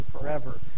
forever